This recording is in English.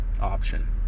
option